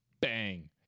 bang